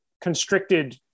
constricted